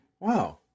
wow